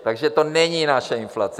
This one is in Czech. Takže to není naše inflace.